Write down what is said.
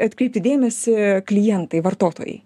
atkreipti dėmesį klientai vartotojai